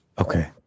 Okay